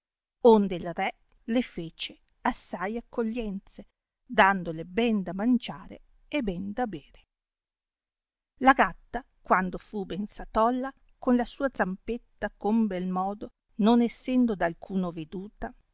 onde il re le fece assai accoglienze dandole ben da mangiare e ben da bere la gatta quando fu ben satolla con la sua zampetta con bel modo non essendo d'alcuno veduta